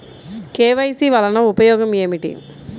KYC వలన ఉపయోగం ఏమిటీ?